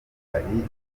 hari